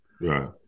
Right